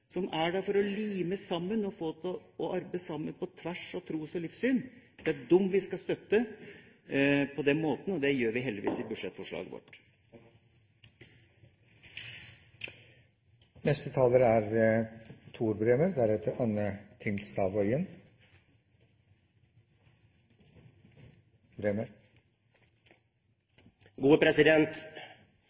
for å lime dette sammen, arbeide sammen på tvers av tros- og livssyn – de skal vi støtte på den måten, og det gjør vi heldigvis i budsjettforslaget vårt.